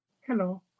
Hello